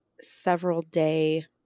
several-day